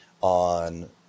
on